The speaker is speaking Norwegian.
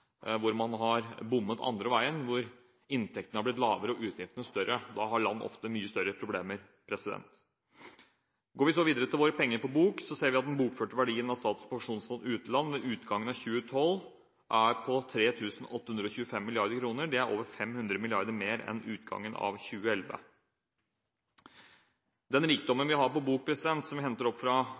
hvor man har bommet den andre veien, og inntektene har blitt lavere og utgiftene større. Da har landene ofte mye større problemer. Går vi så videre til våre penger på bok, ser vi at den bokførte verdien av Statens pensjonsfond utland ved utgangen av 2012 er på 3 825 mrd. kr. Det er over 500 mrd. kr mer enn ved utgangen av 2011. Den rikdommen vi har på bok, og som vi henter opp fra